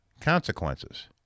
consequences